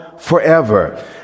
Forever